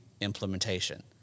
implementation